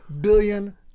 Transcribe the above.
Billion